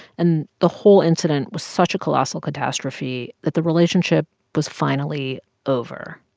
and the whole incident was such a colossal catastrophe that the relationship was finally over.